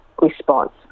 response